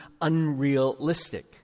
unrealistic